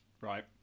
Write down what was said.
right